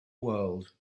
world